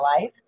life